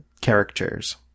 characters